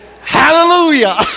Hallelujah